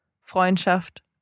Freundschaft